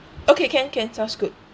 okay can can sounds good